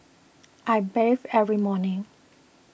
I bathe every morning